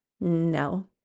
No